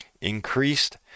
increased